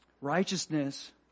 Righteousness